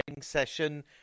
session